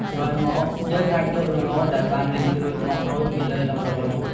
ក្រោយមកយើងអាចយកល្ងដែលបានលីងរួចមករោយពីលើដំឡូងនោះ។